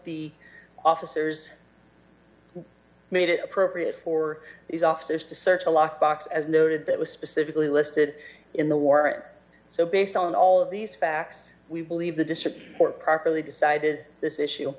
the officers made it appropriate for these officers to search a lockbox as noted that was specifically listed in the war effort so based on all of these facts we believe the district court properly decided this